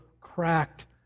cracked